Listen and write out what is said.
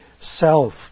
self